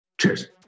Cheers